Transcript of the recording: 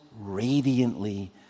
radiantly